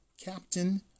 captain